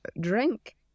drink